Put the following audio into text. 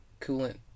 coolant